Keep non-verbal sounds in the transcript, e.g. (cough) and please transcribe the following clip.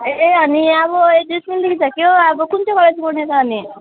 ए अनि अब (unintelligible) पनि सक्यो अब कुन चाहिँ कलेज पढ्ने त अनि